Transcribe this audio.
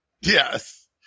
Yes